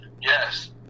yes